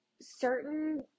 certain